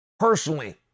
personally